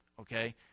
okay